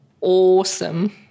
awesome